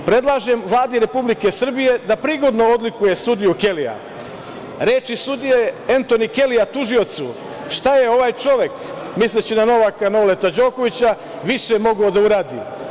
Predlažem Vladi Republike Srbije da prigodno odlikuje sudiju Kelija, reči sudije Entoni Kelija tužiocu – šta je ovaj čovek, misleći na Noleta Đokovića, više mogao da uradi?